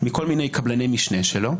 מכל מיני קבלני משנה שלו.